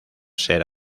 ser